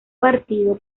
partido